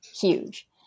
huge